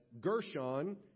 Gershon